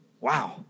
Wow